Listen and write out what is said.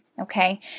okay